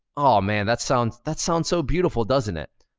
oh man, that sounds that sounds so beautiful, doesn't it?